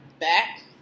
back